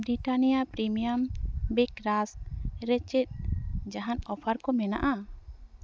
Britannia premium bake rusk ᱨᱮ ᱪᱮᱫ ᱡᱟᱦᱟᱱ ᱚᱯᱷᱟᱨ ᱠᱚ ᱢᱮᱱᱟᱜᱼᱟ